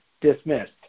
dismissed